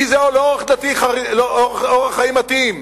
כי זה לא אורח חיים מתאים,